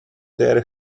their